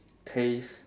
taste